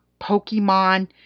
Pokemon